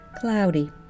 Cloudy